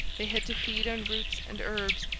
they had to feed on roots and herbs,